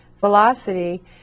velocity